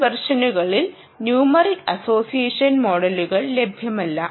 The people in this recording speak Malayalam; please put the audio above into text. മുൻ വെർഷനുകളിൾ ന്യൂമറിക് അസോസിയേഷൻ മോഡലുകൾ ലഭ്യമല്ല